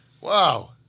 Wow